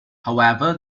however